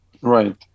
Right